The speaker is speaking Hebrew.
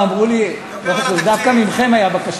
דבר על התקציב.